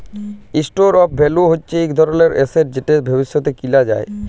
store of value হচ্যে ইক ধরলের এসেট যেট ভবিষ্যতে কিলা যায়